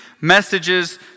messages